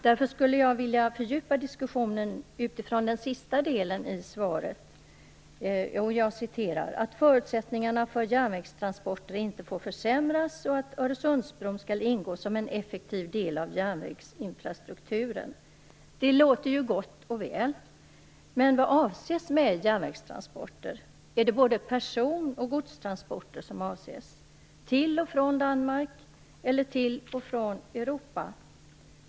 Därför skulle jag vilja fördjupa diskussionen med utgångspunkt från den sista delen av svaret: "att förutsättningarna för järnvägstransporterna inte får försämras och att Öresundsbron skall ingå som en effektiv del i järnvägsinfrastrukturen." Det låter ju gott och väl, men vad avses med järnvägstransporter? Är det både person och godstransporter som avses? Gäller det transporter till och från Danmark eller till och från Europa?